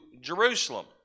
Jerusalem